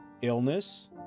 illness